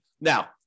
Now